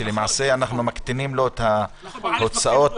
שאנחנו מקטינים לו את ההוצאות,